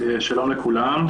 שלום לכולם.